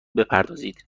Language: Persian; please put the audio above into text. بپردازید